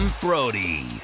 Brody